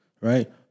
Right